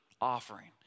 offering